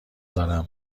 دارم